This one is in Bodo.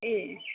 ए